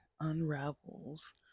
unravels